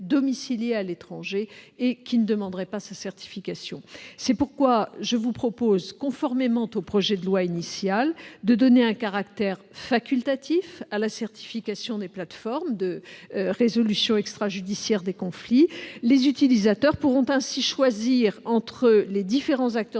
à l'étranger et qui ne demanderait pas de certification. C'est pourquoi je vous propose, conformément au projet de loi initial, de donner un caractère facultatif à la certification des plateformes de résolution extrajudiciaire des conflits. Les utilisateurs pourront ainsi choisir, parmi les différents acteurs